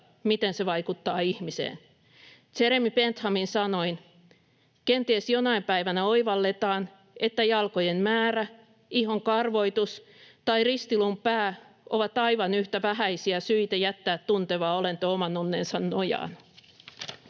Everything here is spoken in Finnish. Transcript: miten se vaikuttaa ihmiseen. Jeremy Benthamin sanoin: ”Kenties jonain päivänä oivalletaan, että jalkojen määrä, ihon karvoitus tai ristiluun pää ovat aivan yhtä vähäisiä syitä jättää tunteva olento oman onnensa nojaan.”